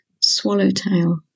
swallowtail